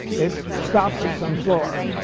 it stops at some floor.